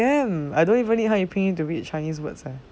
can I don't even need 汉语拼音 to read chinese words ah